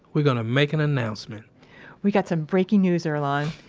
we're going to make an announcement we got some breaking news, earlonne.